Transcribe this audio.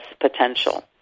potential